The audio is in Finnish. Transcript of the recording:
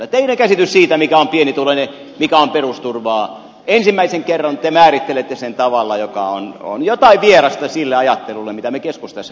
teidän käsityksenne siitä kuka on pienituloinen mikä on perusturvaa ensimmäisen kerran te määrittelette sen tavalla joka on jotain vierasta sille ajattelulle mitä me keskustassa ymmärrämme